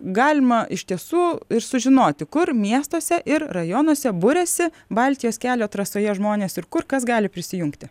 galima iš tiesų ir sužinoti kur miestuose ir rajonuose buriasi baltijos kelio trasoje žmonės ir kur kas gali prisijungti